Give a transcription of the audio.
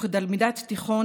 וכתלמידת תיכון,